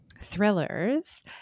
thrillers